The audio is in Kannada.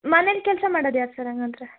ಮನೇಲಿ ಕೆಲಸ ಮಾಡದು ಯಾರು ಸರ್ ಹಾಗಂದ್ರೆ